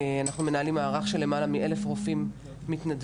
אנחנו מנהלים מערך של למעלה מ-1000 רופאים מתנדבים